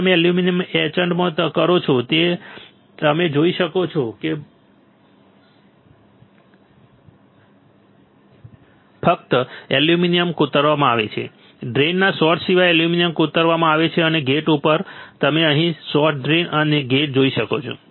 જ્યારે તમે તે એલ્યુમિનિયમ એચન્ટ કરો છો ત્યારે તમે જોઈ શકો છો કે બાકીના વિસ્તારમાંથી એલ્યુમિનિયમ યોગ્ય રીતે કોતરવામાં આવશે અને તમે અહીં જોઈ શકો છો કે ફક્ત એલ્યુમિનિયમ કોતરવામાં આવે છે ડ્રેઇનના સોર્સ સિવાય એલ્યુમિનિયમ કોતરવામાં આવે છે અને ગેટ ઉપર તમે અહીં સોર્સ ડ્રેઇન અને ગેટ જોઈ શકો છો